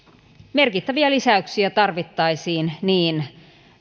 merkittäviä lisäyksiä tarvittaisiin niin